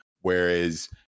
whereas